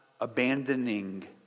abandoning